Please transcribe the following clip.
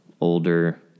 older